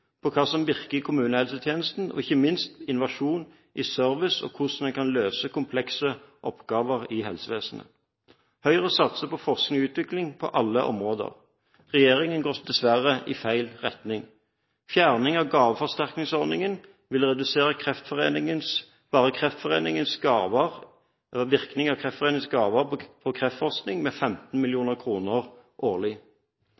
på hva som virker i kommunehelsetjenesten, og ikke minst på innovasjon i service og hvordan en kan løse komplekse oppgaver i helsevesenet. Høyre satser på forskning og utvikling på alle områder. Regjeringen går dessverre i feil retning. Fjerning av gaveforsterkningsordningen vil redusere kreftforskningen – basert bare på gaver fra Kreftforeningen – med 15